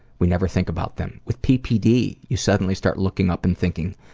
we never think about them. with ppd, you suddenly start looking up and thinking,